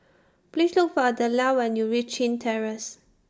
Please Look For Adella when YOU REACH Chin Terrace